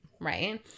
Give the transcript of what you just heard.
Right